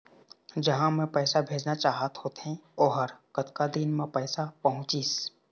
जहां मैं पैसा भेजना चाहत होथे ओहर कतका दिन मा पैसा पहुंचिस?